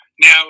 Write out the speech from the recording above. now